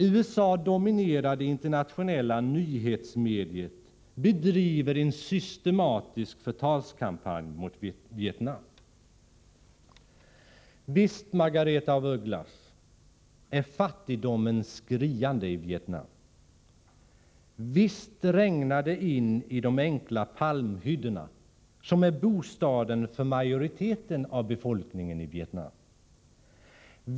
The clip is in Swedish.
USA dominerar det internationella nyhetsmediet och bedriver en systematisk förtalskampanj mot Vietnam. Visst är fattigdomen skriande i Vietnam, Margaretha af Ugglas. Visst regnar det in i de enkla palmhyddorna, som är bostaden för majoriteten av befolkningen i Vietnam.